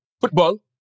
football